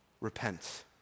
repent